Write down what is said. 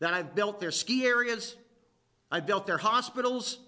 that i built their ski areas i dealt their hospitals